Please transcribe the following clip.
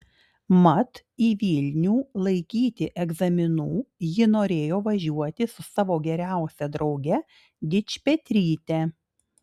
mat į vilnių laikyti egzaminų ji norėjo važiuoti su savo geriausia drauge dičpetryte